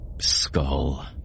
Skull